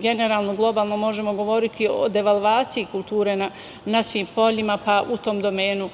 Generalno, globalno možemo govoriti o devalvaciji kulture na svim poljima, pa u tom domenu